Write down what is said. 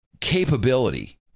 capability